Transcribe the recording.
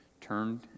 turned